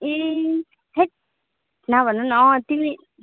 ए that नभन न हो तिमी